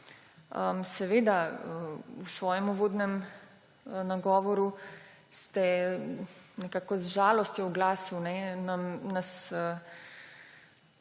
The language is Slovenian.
Seveda, v svojem uvodnem nagovoru ste nam nekako z žalostjo v glasu